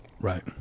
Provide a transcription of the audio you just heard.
Right